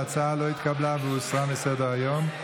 ההצעה לא התקבלה והוסרה מסדר-היום.